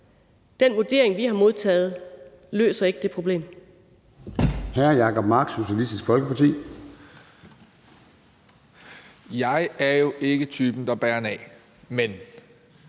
den vurdering, vi har modtaget, løser ikke det problem.